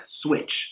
switch